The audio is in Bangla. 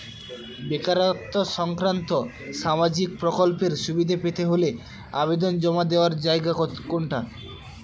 বেকারত্ব সংক্রান্ত সামাজিক প্রকল্পের সুবিধে পেতে হলে আবেদন জমা দেওয়ার জায়গা কোনটা?